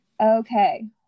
Okay